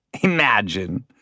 Imagine